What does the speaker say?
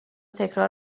تکرار